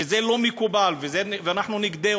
שזה לא מקובל ואנחנו נגד,